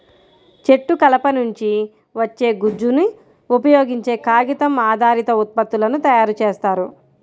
చెట్టు కలప నుంచి వచ్చే గుజ్జును ఉపయోగించే కాగితం ఆధారిత ఉత్పత్తులను తయారు చేస్తారు